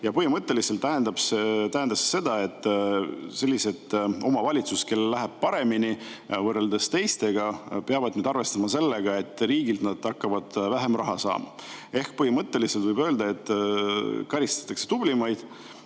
Põhimõtteliselt tähendab see seda, et sellised omavalitsused, kellel läheb paremini võrreldes teistega, peavad nüüd arvestama sellega, et riigilt hakkavad nad vähem raha saama. Ehk põhimõtteliselt võib öelda, et karistatakse tublimaid.